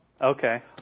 Okay